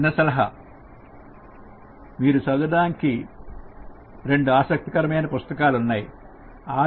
చిన్న సలహా మీరు చదవడానికి రెండు ఆసక్తికరమైన పుస్తకాలు ఉన్నాయి 1